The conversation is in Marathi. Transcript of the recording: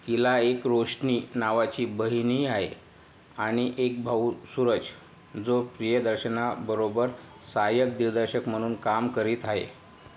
तिला एक रोशनी नावाची बहीणही आहे आणि एक भाऊ सूरज जो प्रियदर्शनाबरोबर सहायक दिग्दर्शक म्हणून काम करीत आहे